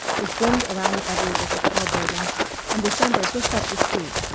with wind around the edges of the tall buildings and december just up the street,